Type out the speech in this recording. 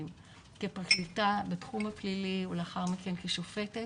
כפרקליטה בתחום הפלילי ולאחר מכן כשופטת,